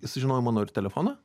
jis sužinojo mano ir telefoną